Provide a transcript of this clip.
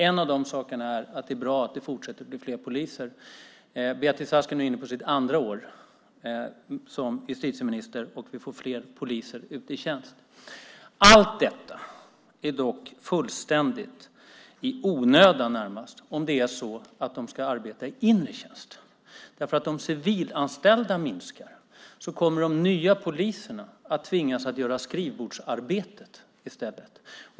En av de sakerna är att det är bra att det fortsätter bli fler poliser. Beatrice Ask är nu inne på sitt andra år som justitieminister, och vi får fler poliser ute i tjänst. Allt detta är dock fullständigt i onödan, närmast, om det är så att de ska arbeta i inre tjänst. Om de civilanställda minskar kommer nämligen de nya poliserna att tvingas göra skrivbordsarbete i stället.